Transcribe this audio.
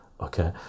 okay